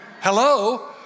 Hello